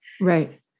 Right